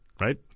Right